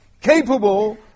capable